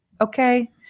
Okay